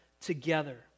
together